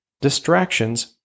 distractions